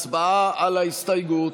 הצבעה על ההסתייגות.